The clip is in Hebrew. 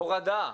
הורדה,